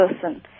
person